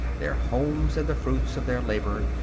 their homes and the fruits of their labor,